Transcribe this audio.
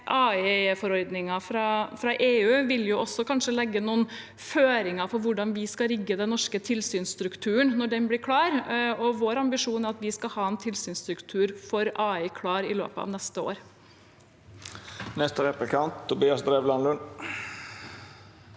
AI-forordningen fra EU vil kanskje legge noen føringer for hvordan vi skal rigge den norske tilsynsstrukturen når den blir klar, og vår ambisjon er at vi skal ha en tilsynsstruktur for AI klar i løpet av neste år.